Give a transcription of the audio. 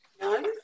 None